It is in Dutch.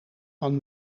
van